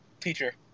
teacher